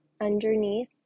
underneath